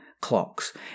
clocks